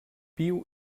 viu